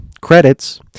credits